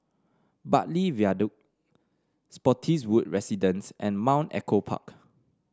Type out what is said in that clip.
Bartley Viaduct Spottiswoode Residences and Mount Echo Park